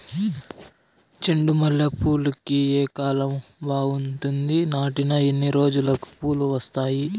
చెండు మల్లె పూలుకి ఏ కాలం బావుంటుంది? నాటిన ఎన్ని రోజులకు పూలు వస్తాయి?